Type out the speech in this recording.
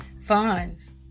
funds